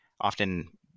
often